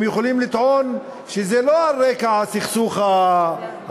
הם יכולים לטעון שזה לא על רקע הסכסוך הערבי-יהודי.